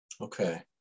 Okay